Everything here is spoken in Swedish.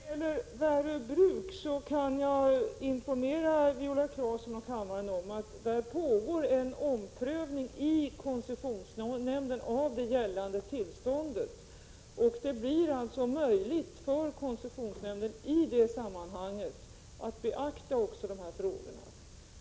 Herr talman! När det gäller Värö bruk kan jag informera Viola Claesson och kammaren om att det där pågår en prövning i koncessionsnämnden av de villkor som slutligt skall gälla för utsläpp till vatten. Det blir alltså möjligt för koncessionsnämnden i det sammanhanget att beakta också de här frågorna.